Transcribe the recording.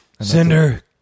Cinder